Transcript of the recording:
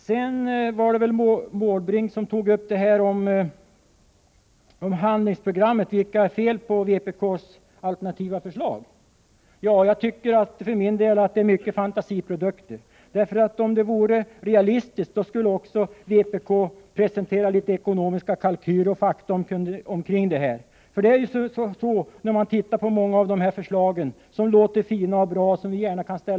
Bertil Måbrink tog upp handlingsprogrammet. Vad är det för fel med vpk:s alternativa förslag? Ja, jag för min del tycker att de är mycket av fantasiprodukter. För att de skulle vara realistiska borde vpk också ha presenterat ekonomiska kalkyler och fakta omkring det hela. När man tittar på många av dessa förslag kan man tycka att de låter så fina och bra att vi gärna kunde ställa oss bakom dem.